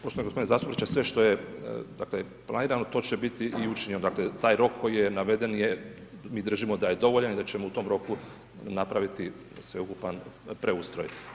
Poštovani gospodine zastupniče sve što je dakle planirano to će biti i učinjeno, dakle taj rok koji je naveden, mi držimo da je dovoljan i da ćemo u tom roku napraviti sveukupna preustroj.